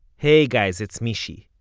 hey guys, it's mishy.